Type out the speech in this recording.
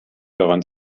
daran